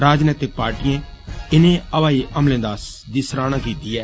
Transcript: राजनैतिक पार्टिएं इनें हवाई हमलें दी सराहना कीती ऐ